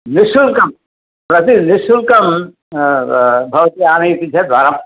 निश्शुल्कं प्रति निश्शुल्कं भवती आनयति चेत् वरम्